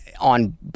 on